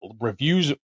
reviews